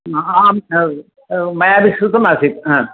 आं मयापि श्रुतम् असीत् हा